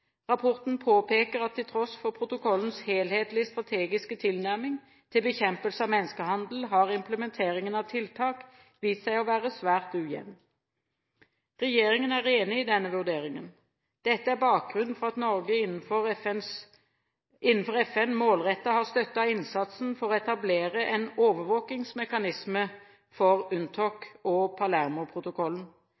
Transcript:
Rapporten påpeker at til tross for protokollens helhetlige strategiske tilnærming til bekjempelse av menneskehandel, har implementeringen av tiltak vist seg å være svært ujevn. Regjeringen er enig i denne vurderingen. Dette er bakgrunnen for at Norge innenfor FN målrettet har støttet innsatsen for å etablere en overvåkningsmekanisme for